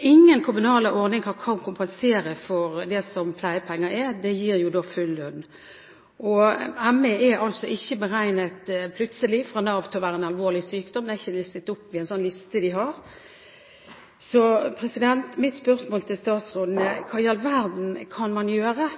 Ingen kommunal ordning kan kompensere for det som pleiepenger er, det gir jo da full lønn. ME er altså plutselig fra Nav ikke beregnet å være en alvorlig sykdom, det er ikke listet opp på den listen de har. Så mitt spørsmål til statsråden er: Hva i all verden kan man gjøre